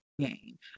game